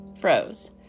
froze